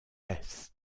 est